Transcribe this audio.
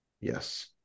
Yes